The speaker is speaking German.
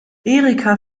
erika